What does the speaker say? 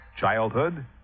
childhood